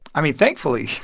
i mean, thankfully.